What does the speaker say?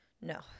No